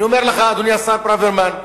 אני אומר לך, אדוני השר ברוורמן,